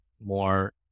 more